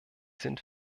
sind